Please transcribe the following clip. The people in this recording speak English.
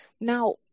Now